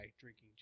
drinking